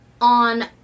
on